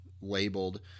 labeled